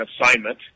assignment